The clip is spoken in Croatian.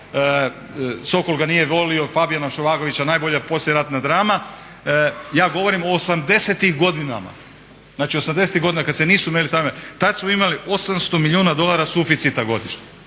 "Sokol ga nije volio" Fabijana Šovagovića, najbolja poslijeratna drama. Ja govorim o '80.-im godinama, znači '80.-ih godina kad se nisu meli tavani tad smo imali 800 milijuna dolara suficita godišnje,